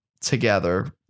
together